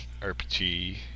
RPG